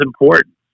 important